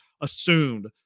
assumed